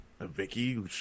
Vicky